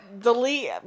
Delete